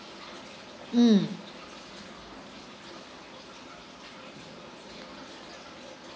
mm